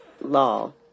law